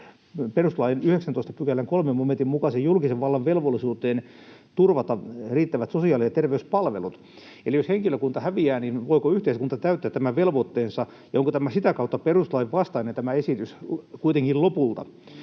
perustuslain 19 §:n 3 momentin mukaiseen julkisen vallan velvollisuuteen turvata riittävät sosiaali‑ ja terveyspalvelut, eli jos henkilökunta häviää, niin voiko yhteiskunta täyttää tämän velvoitteensa ja onko sitä kautta kuitenkin lopulta